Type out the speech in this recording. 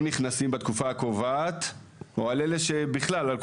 נכנסים בתקופה הקובעת או בכלל על כולם.